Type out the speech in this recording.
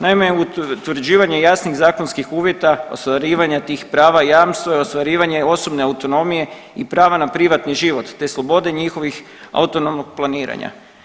Naime, utvrđivanje jasnih zakonskih uvjeta ostvarivanja tih prava jamstvo je ostvarivanje osobne autonomije i prava na privatni život te slobode njihovih autonomnog planiranja.